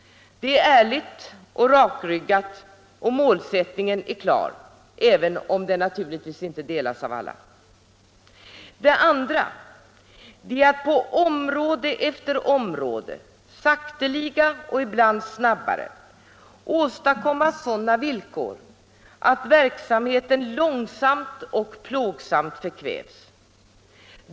Det är ärligt och rakryggat och målsättningen är klar, även om naturligtvis inte alla ansluter sig till den. Det andra är att på område efter område — ibland sakteliga, ibland snabbare —- åstadkomma sådana villkor att verksamheten långsamt och plågsamt förkvävs.